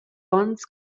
onns